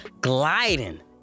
gliding